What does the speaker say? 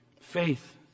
faith